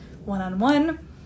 one-on-one